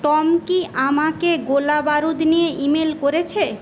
Tom কি আমাকে গোলাবারুদ নিয়ে ই মেল করেছে